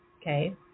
Okay